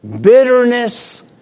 bitterness